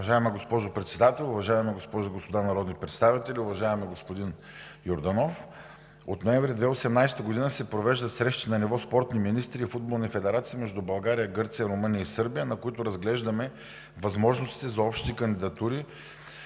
Уважаема госпожо Председател, уважаеми госпожи и господа народни представители! Уважаеми господин Йорданов, от ноември 2018 г. се провеждат срещи на ниво спортни министри и футболни федерации между България, Гърция, Румъния и Сърбия, на които разглеждаме възможностите за общи кандидатури